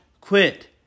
quit